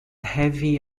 heavy